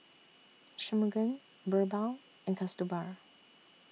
Shunmugam Birbal and Kasturba